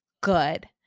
good